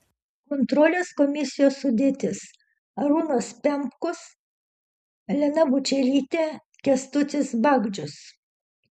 kontrolės komisijos sudėtis arūnas pemkus elena bučelytė kęstutis bagdžius